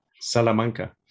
Salamanca